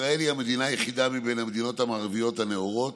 ישראל היא המדינה היחידה מבין המדינות המערביות הנאורות